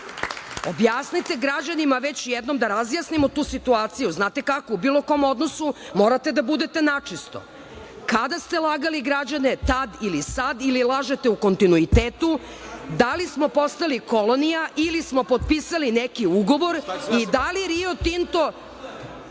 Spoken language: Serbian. objasnite građanima već jednom, da razjasnimo tu situaciju. Znate kako, u bilo kom odnosu morate da budete načisto. Kada ste lagali građane, tad ili sad ili lažete u kontinuitetu, da li smo postali kolonija ili smo potpisali neki ugovor i da li Rio Tinto